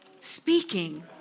speaking